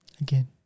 Again